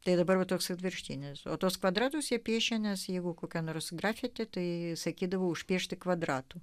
tai dabar toks atvirkštinis o tuos kvadratus jie piešė nes jeigu kokia nors grafiti tai sakydavau užpiešti kvadratų